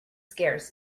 scarce